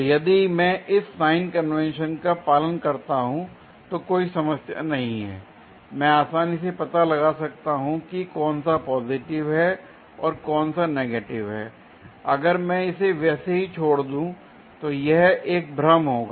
तो यदि मैं इस साइन कन्वेंशन का पालन करता हूं तो कोई समस्या नहीं है मैं आसानी से पता लगा सकता हूं कि कौन सा पॉजिटिव है और कौन सा नेगेटिव है l अगर मैं इसे वैसे ही छोड़ दूं तो यह एक भ्रम होगा